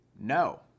No